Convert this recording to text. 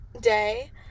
day